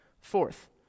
Fourth